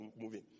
moving